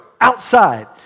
outside